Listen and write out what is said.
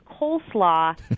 coleslaw